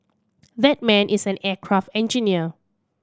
that man is an aircraft engineer